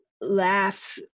laughs